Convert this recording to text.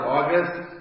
August